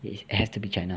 it has to be china